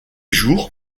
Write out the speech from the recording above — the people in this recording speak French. jours